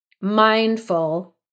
mindful